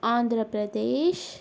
Andhra Pradesh